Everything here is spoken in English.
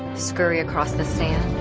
scurry across the sand,